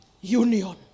Union